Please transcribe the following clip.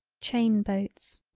chain-boats.